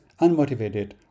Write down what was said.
unmotivated